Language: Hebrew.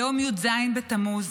היום י"ז בתמוז,